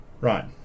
Right